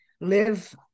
live